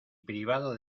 privado